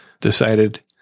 decided